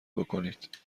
بکنید